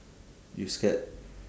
you scared